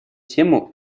тему